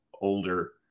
older